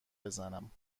بزنم